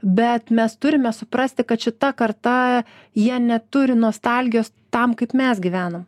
bet mes turime suprasti kad šita karta jie neturi nostalgijos tam kaip mes gyvenom